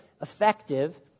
effective